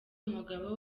umugabo